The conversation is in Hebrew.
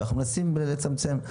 ואנחנו מנסים לצמצם.